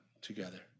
together